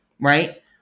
right